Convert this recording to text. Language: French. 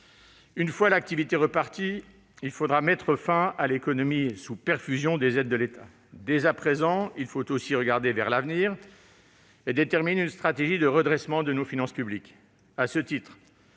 Une fois l'activité repartie, il faudra mettre fin à l'économie « sous perfusion » des aides de l'État. Dès à présent, il faut aussi regarder vers l'avenir et déterminer une stratégie de redressement de nos finances publiques.